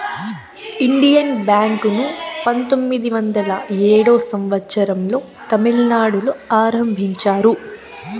Indian Bank ను పంతొమ్మిది వందల ఏడో సంవచ్చరం లో తమిళనాడులో ఆరంభించారు